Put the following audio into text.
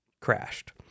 crashed